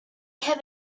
have